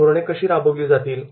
ही धोरणे कशी राबवली जातील